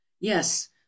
Yes